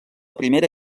primera